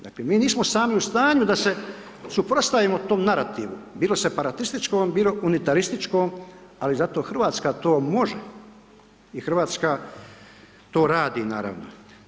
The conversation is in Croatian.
Dakle mi nismo sami u stanju da se suprotstavimo tome narativnu, bilo separatističkom, bilo unitarističkom ali zato Hrvatska to može i Hrvatska to radi naravno.